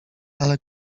ale